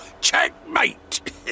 checkmate